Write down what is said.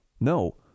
no